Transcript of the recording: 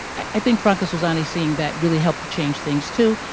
i think franca sozzani seeing that really helped to change things too.